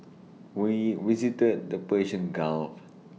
we visited the Persian gulf